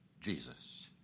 Jesus